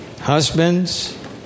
husbands